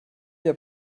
der